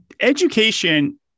education